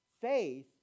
Faith